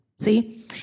see